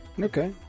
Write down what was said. Okay